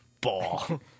ball